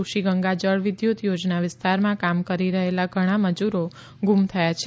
ઋષિગંગા જળવિદ્યુત યોજના વિસ્તારમાં કામ કરી રહેલા ઘણાં મજૂરો ગુમ થયા છે